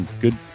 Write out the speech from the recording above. good